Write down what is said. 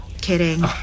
kidding